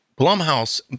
Blumhouse